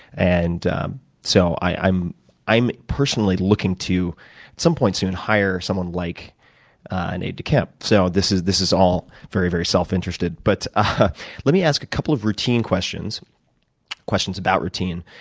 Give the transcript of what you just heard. and um so i'm i'm personally looking to, some point soon, hire someone like an aide-de-camp. so this is this is all very very self-interested. but ah let me ask a couple of questions questions about routine.